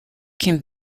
can